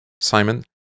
Simon